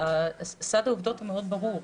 סד העובדות מאוד ברור,